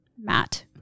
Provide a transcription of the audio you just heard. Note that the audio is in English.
Matt